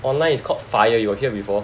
online is caught FIRE you got hear before